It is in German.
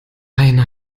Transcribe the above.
eine